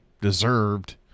deserved